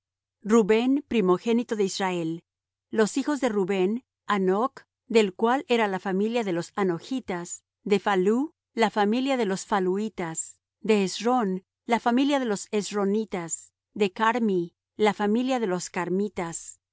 rubén primogénito de israel los hijos de rubén hanoc del cual era la familia de los hanochtas de phallú la familia de los phalluitas de hesrón la familia de los hesronitas de carmi la familia de los carmitas